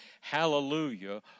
hallelujah